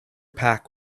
pack